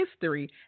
history